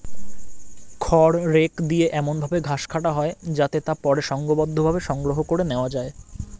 খড় রেক দিয়ে এমন ভাবে ঘাস কাটা হয় যাতে তা পরে সংঘবদ্ধভাবে সংগ্রহ করে নেওয়া যায়